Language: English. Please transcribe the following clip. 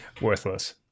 worthless